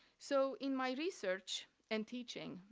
so in my research and teaching,